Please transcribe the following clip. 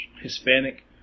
Hispanic